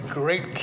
great